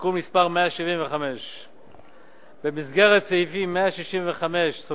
תיקון מס' 175. במסגרת סעיפים 165(9)